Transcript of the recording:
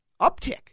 uptick